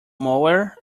mower